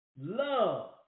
love